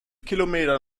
kilometer